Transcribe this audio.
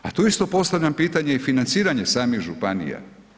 tu isto postavljam pitanje i financiranje samih županija.